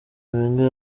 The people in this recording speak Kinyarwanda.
wenger